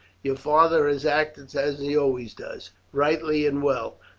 your father has acted, as he always does, rightly and well.